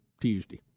Tuesday